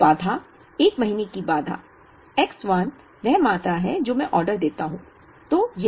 तो बाधा 1 महीने की बाधा X 1 वह मात्रा है जो मैं ऑर्डर देता हूं